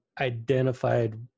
identified